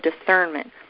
discernment